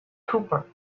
cooper